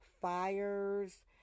fires